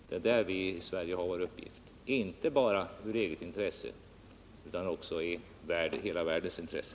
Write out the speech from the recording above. Det är där som Sverige har sin uppgift, och inte bara i eget intresse, utan i hela världens intresse.